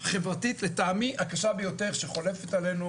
חברתית לטעמי הקשה ביותר שחולפת עלינו